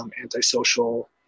antisocial